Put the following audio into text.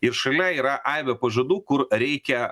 ir šalia yra aibė pažadų kur reikia